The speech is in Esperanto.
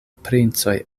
princoj